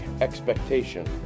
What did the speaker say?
expectation